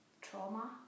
trauma